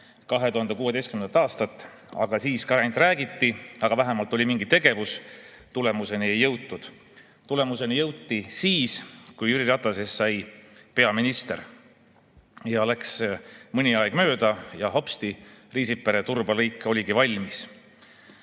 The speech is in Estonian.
2016. aastat. Siis ka ainult räägiti, aga vähemalt oli mingi tegevus. Tulemuseni ei jõutud. Tulemuseni jõuti siis, kui Jüri Ratasest sai peaminister. Läks mõni aeg mööda ja hopsti, Riisipere-Turba lõik oligi valmis.